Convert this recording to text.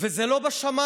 זה לא בשמיים.